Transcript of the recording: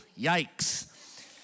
yikes